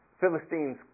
Philistine's